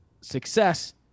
success